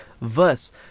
verse